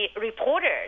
reporters